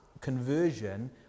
conversion